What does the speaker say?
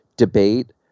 debate